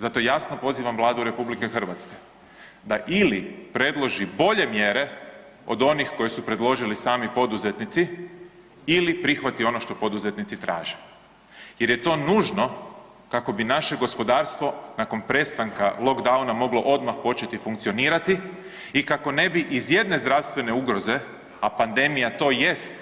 Zato jasno pozivam Vladu RH da ili predloži bolje mjere od onih koje su predložili sami poduzetnici ili prihvati ono što poduzetnici traže jer je to nužno kako bi naše gospodarstvo nakon prestanka lockdowna moglo odmah početi funkcionirati i kako ne bi iz jedne zdravstvene ugroze, a pandemija to jest,